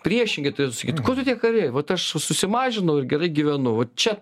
priešingai turėtų sakyt ko tu tiek ari vat aš su susimažinau ir gerai gyvenu vat čia